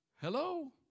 Hello